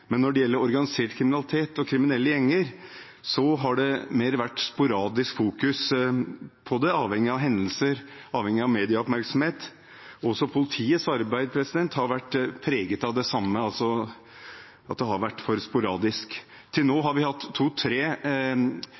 men når det gjelder organisert kriminalitet og kriminelle gjenger, har det mer vært sporadisk fokus på det, avhengig av hendelser og av medieoppmerksomhet. Politiets arbeid har vært preget av det samme; det har vært for sporadisk. Til nå har vi hatt